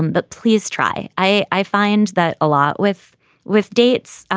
um but please try. i i find that a lot with with dates. ah